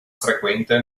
frequente